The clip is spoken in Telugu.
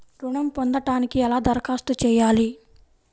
ఋణం పొందటానికి ఎలా దరఖాస్తు చేయాలి?